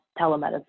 telemedicine